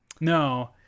No